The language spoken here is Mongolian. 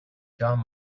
жон